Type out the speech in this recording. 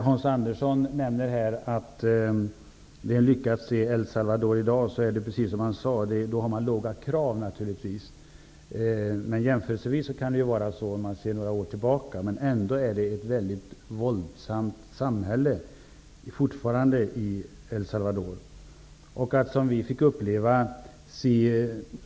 Hans Andersson nämner här att det är en lycka att se El Salvador i dag. Då har man naturligtvis små krav, precis som han sade. Men jämförelsevis kan det ju vara så om vi ser tillbaka några år. Det är ändå fortfarande ett mycket våldsamt samhälle i El Salvador.